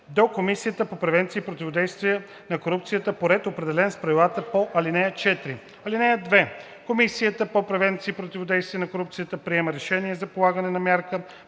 до Комисията по превенция и противодействие на корупцията по ред, определен с правилата по ал. 4. (2) Комисията по превенция и противодействие на корупцията приема решение за налагане на мярка